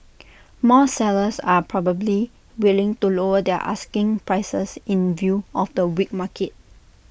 more sellers are probably willing to lower their asking prices in view of the weak market